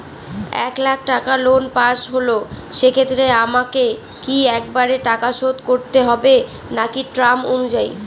এক লাখ টাকা loan pass হল সেক্ষেত্রে আমাকে কি একবারে টাকা শোধ করতে হবে নাকি টার্ম অনুযায়ী?